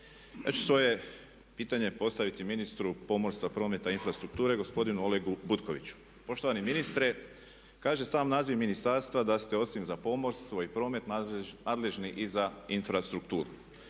Ja ću svoje pitanje postaviti ministru pomorstva, prometa i infrastrukture gospodinu Olegu Butkoviću. Poštovani ministre kaže sam naziv ministarstva da ste osim za pomorstvo i promet nadležni i za infrastrukturu.